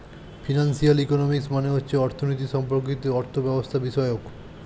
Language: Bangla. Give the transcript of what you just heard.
ফিনান্সিয়াল ইকোনমিক্স মানে হচ্ছে অর্থনীতি সম্পর্কিত অর্থব্যবস্থাবিষয়ক